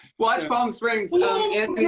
watch palm springs. hello!